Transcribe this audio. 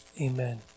Amen